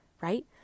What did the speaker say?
Right